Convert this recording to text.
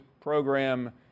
program